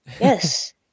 Yes